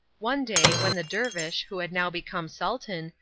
one day, when the dervish, who had now become sultan,